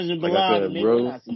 Bro